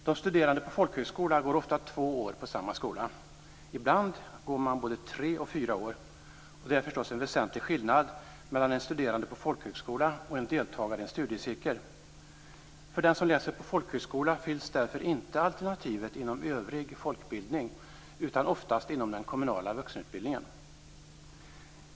De som studerar på folkhögskola går ofta två år på samma skola. Ibland går de både tre och fyra år. Det är förstås en väsentlig skillnad mellan någon som studerar på folkhögskola och någon som deltar i en studiecirkel. För den som läser på folkhögskola finns därför inte alternativet inom övrig folkbildning, utan oftast inom den kommunala vuxenutbildningen.